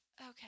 Okay